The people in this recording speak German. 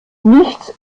nichts